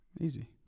easy